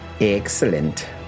Excellent